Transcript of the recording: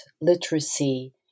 literacy